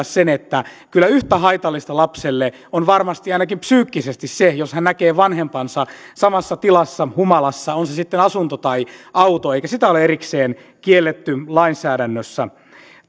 sen että kyllä yhtä haitallista lapselle on varmasti ainakin psyykkisesti se jos hän näkee vanhempansa samassa tilassa humalassa on se sitten asunto tai auto eikä sitä ole erikseen kielletty lainsäädännössä